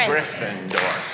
Gryffindor